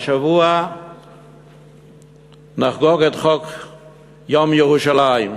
השבוע נחגוג את יום ירושלים,